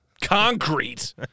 Concrete